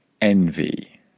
Envy